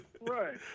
right